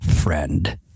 friend